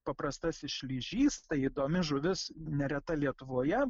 paprastasis šlyžys tai įdomi žuvis nereta lietuvoje